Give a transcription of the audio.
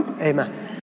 amen